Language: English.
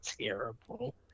terrible